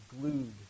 glued